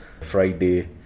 Friday